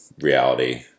reality